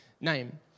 name